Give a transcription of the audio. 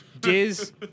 Diz